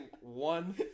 one